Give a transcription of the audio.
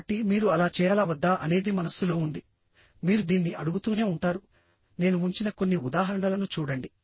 కాబట్టి మీరు అలా చేయాలా వద్దా అనేది మనస్సులో ఉంది మీరు దీన్ని అడుగుతూనే ఉంటారు నేను ఉంచిన కొన్ని ఉదాహరణలను చూడండి